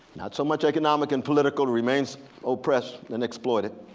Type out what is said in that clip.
not so much economic and political, remains oppressed and exploited,